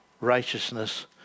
righteousness